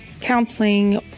counseling